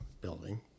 building